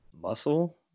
muscle